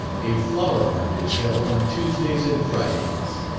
a flower market is held on tuesdays and fridays.